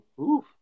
Oof